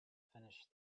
finish